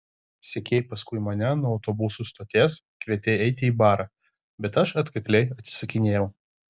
sekei paskui mane nuo autobusų stoties kvietei eiti į barą bet aš atkakliai atsisakinėjau